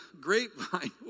grapevine